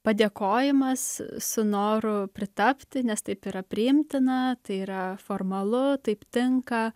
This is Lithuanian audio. padėkojimas su noru pritapti nes taip yra priimtina tai yra formalu taip tinka